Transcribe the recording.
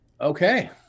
Okay